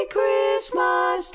Christmas